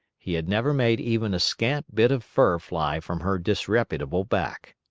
he had never made even a scant bit of fur fly from her disreputable back.